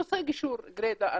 נושאי גישור גרידא,